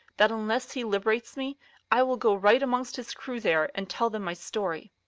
that unless he liberates me i will go right amongst his crew there, and tell them my story.